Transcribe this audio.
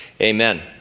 amen